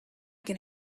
can